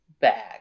bag